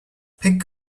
pink